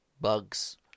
bugs